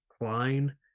Klein